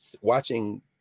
watching